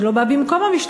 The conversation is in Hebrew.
זה לא בא במקום המשטרה,